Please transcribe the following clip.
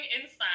inside